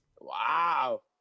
Wow